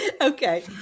Okay